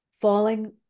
falling